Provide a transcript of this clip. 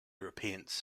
europeans